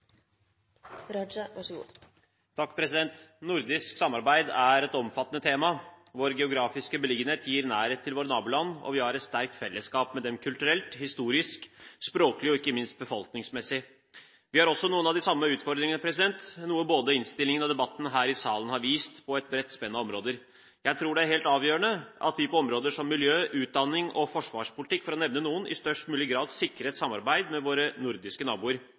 et omfattende tema. Vår geografiske beliggenhet gir nærhet til våre naboland, og vi har et sterkt fellesskap med dem kulturelt, historisk, språklig og ikke minst befolkningsmessig. Vi har også noen av de samme utfordringene, noe både innstillingen og debatten her i salen har vist, på et bredt spenn av områder. Jeg tror det er helt avgjørende at vi på områder som miljø, utdanning og forsvarspolitikk – for å nevne noen – i størst mulig grad sikrer et samarbeid med våre nordiske naboer.